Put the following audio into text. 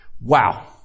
Wow